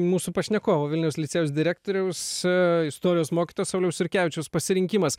mūsų pašnekovo vilniaus licėjaus direktoriaus istorijos mokytojo sauliaus jurkevičiaus pasirinkimas